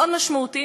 מאוד משמעותיים,